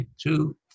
two